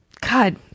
god